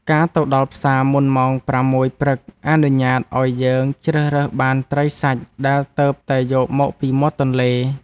ការទៅដល់ផ្សារមុនម៉ោងប្រាំមួយព្រឹកអនុញ្ញាតឱ្យយើងជ្រើសរើសបានត្រីសាច់ដែលទើបតែយកមកពីមាត់ទន្លេ។